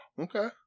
Okay